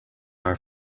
are